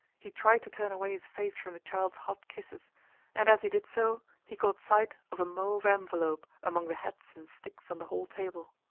he tried to turn away his face from the child's hot kisses and as he did so he caught sight of a mauve envelope among the hats and sticks on the hall table.